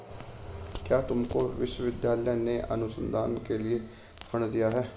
क्या तुमको विश्वविद्यालय ने अनुसंधान के लिए फंड दिए हैं?